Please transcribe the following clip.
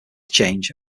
change